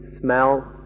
smell